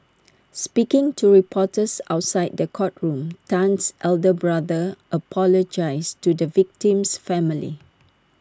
speaking to reporters outside the courtroom Tan's elder brother apologised to the victim's family